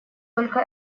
только